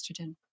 estrogen